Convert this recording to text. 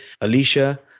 Alicia